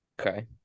Okay